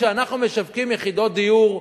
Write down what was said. כשאנחנו משווקים יחידות דיור,